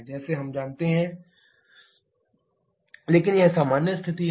जैसे हम जानते हैं कि C O2 → CO2 लेकिन यह सामान्य स्थिति है